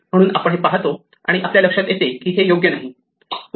म्हणून आपण हे पाहतो आणि आपल्या लक्षात येते की हे योग्य नाही